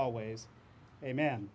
always amen